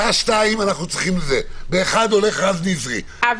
בסעיף 5, מה